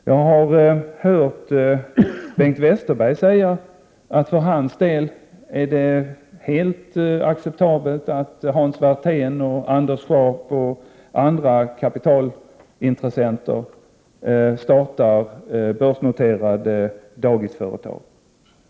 Jag har hört Bengt Westerberg säga att för hans del är det helt acceptabelt att Hans Werthén, Anders Scharp och andra kapitalintressenter startar börsnoterade dagisföretag.